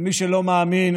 מי שלא מאמין,